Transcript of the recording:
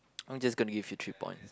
I'm just gonna give you three points